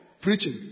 preaching